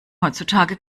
heutzutage